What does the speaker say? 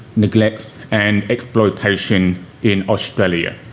neglect and exploitation in australia.